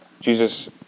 Jesus